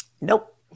Nope